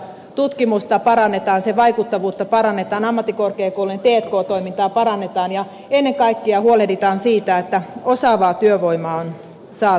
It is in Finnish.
tutkimusta parannetaan sen vaikuttavuutta parannetaan ammattikorkeakoulujen t k toimintaa parannetaan ja ennen kaikkea huolehditaan siitä että osaavaa työvoimaa saa